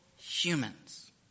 humans